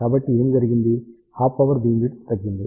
కాబట్టి ఏమి జరిగింది హాఫ్ పవర్ బీమ్విడ్త్ తగ్గింది